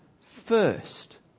first